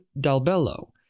Dalbello